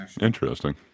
Interesting